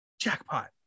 jackpot